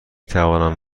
توانم